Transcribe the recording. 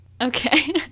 Okay